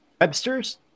Webster's